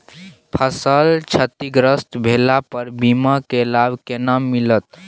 फसल क्षतिग्रस्त भेला पर बीमा के लाभ केना मिलत?